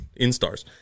instars